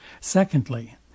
Secondly